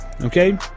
okay